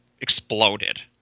exploded